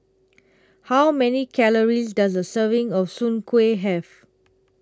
How Many Calories Does A Serving of Soon Kueh Have